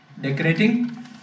decorating